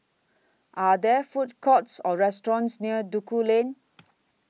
Are There Food Courts Or restaurants near Duku Lane